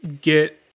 get